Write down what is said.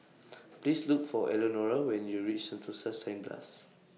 Please Look For Elnora when YOU REACH Sentosa Cineblast